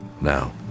Now